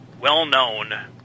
well-known